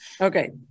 Okay